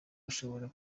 ushobora